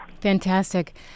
Fantastic